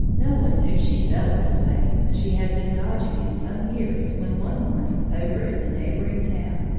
no one knew she felt this way, and she had been dodging him some years when one morning, over in the neighboring town,